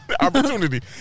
Opportunity